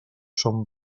són